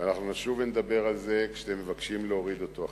ואנחנו נשוב ונדבר על זה עכשיו כשאתם מבקשים להוריד אותו.